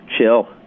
Chill